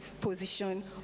position